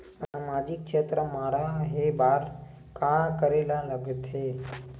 सामाजिक क्षेत्र मा रा हे बार का करे ला लग थे